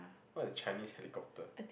what is Chinese helicopter